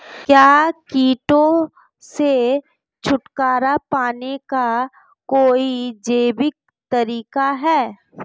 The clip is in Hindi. क्या कीटों से छुटकारा पाने का कोई जैविक तरीका है?